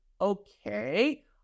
Okay